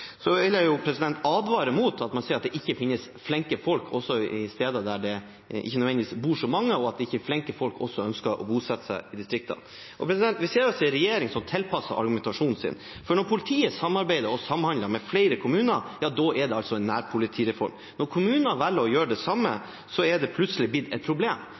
Jeg vil advare mot å si at det ikke finnes flinke folk også på steder hvor det ikke bor så mange, og at ikke også flinke folk ønsker å bosette seg i distriktene. Vi ser en regjering som tilpasser argumentasjonen sin. Når politiet samarbeider og samhandler med flere kommuner, er det altså en nærpolitireform. Men når kommuner velger å gjøre det samme, har det plutselig blitt et problem.